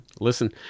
Listen